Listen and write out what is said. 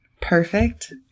perfect